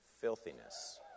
Filthiness